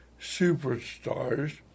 superstars